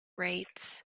raids